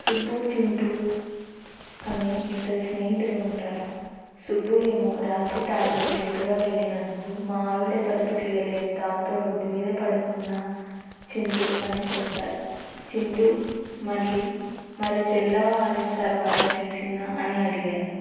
సుబ్బు చింటూ అనే ఇద్దరు స్నేహితులు ఉంటారు సుబ్బు ఏమో రాత్రి తాగి లేటుగా వెళ్ళినందుకు మా ఆవిడ తలుపు తీయలేదు దాంతో రోడ్డు మీదే పడుకున్న చింటూ అని చెప్పారు చింటూ మళ్ళీ మరి తెల్లవారిన తర్వాత తీసిందా అని అడిగాడు